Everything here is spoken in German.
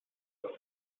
dass